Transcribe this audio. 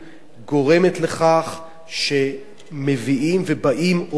גורמת לכך שמביאים ובאים עוד ועוד.